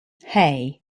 hey